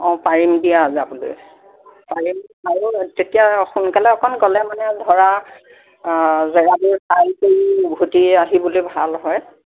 অঁ পাৰিম দিয়া যাবলৈ পাৰিম আৰু তেতিয়া সোনকালে অকণ গ'লে মানে ধৰা জেগাবোৰ চাই মিলি উভতি আহিবলৈ ভাল হয়